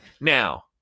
Now